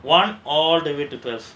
why all the way to class